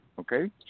okay